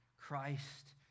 Christ